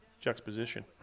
juxtaposition